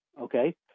Okay